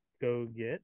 go-get